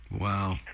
Wow